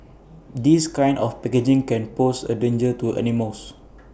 this kind of packaging can pose A danger to animals